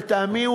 לטעמי,